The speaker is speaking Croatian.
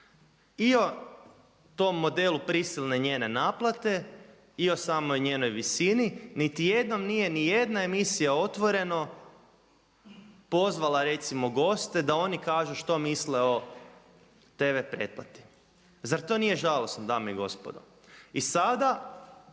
i o tom modelu prisilne njene naplate i o samoj njenoj visini niti jednom nije ni jedna emisija Otvoreno pozvala recimo goste da oni kažu što misle o tv pretplati. Zar to nije žalosno dame i gospodo. I sada